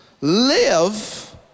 live